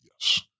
Yes